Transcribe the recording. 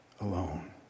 alone